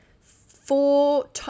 four